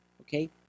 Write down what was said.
okay